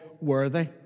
worthy